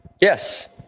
Yes